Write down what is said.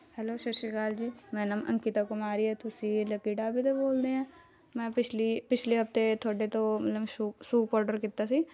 hello ਸਤਿ ਸ਼੍ਰੀ ਅਕਾਲ ਜੀ ਮੇਰਾ ਨਾਮ ਅੰਕੀਤਾ ਕੁਮਾਰੀ ਆ ਤੁਸੀਂ ਲੱਕੀ ਢਾਬੇ ਤੋਂ ਬੋਲਦੇ ਆਂ ਮੈਂ ਪਿਛਲੀ ਪਿਛਲੇ ਹਫਤੇ ਤੁਹਾਡੇ ਤੋਂ ਮਤਲਬ ਸ਼ੂਪ ਸੂਪ ਔਡਰ ਕੀਤਾ ਸੀ